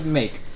make